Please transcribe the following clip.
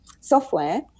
software